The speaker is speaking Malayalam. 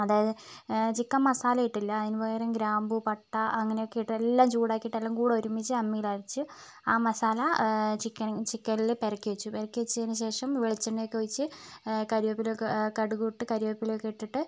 അതായത് ചിക്കൻ മസാല ഇട്ടില്ല അതിനുപകരം ഗ്രാമ്പൂ പട്ട അങ്ങനെയൊക്കെ ഇട്ട് എല്ലം ചൂടാക്കിയിട്ട് എല്ലാം കൂടി ഒരുമിച്ച് അമ്മിയിലരച്ച് ആ മസാല ചിക്കനിൽ ചിക്കനിൽ പെരക്കി വെച്ചു പെരക്കി വെച്ചതിനു ശേഷം വെളിച്ചെണ്ണയൊക്കെയൊഴിച്ച് കറിവേപ്പിലയൊക്കെ കടുകും ഇട്ട് കറിവേപ്പിലയൊക്കെ ഇട്ടിട്ട്